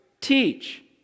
teach